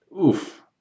Oof